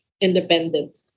independent